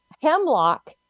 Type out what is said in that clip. hemlock